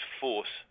force